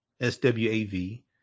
S-W-A-V